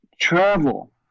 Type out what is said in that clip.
Travel